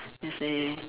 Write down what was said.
you see